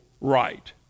right